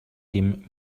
dem